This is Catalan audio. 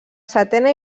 setena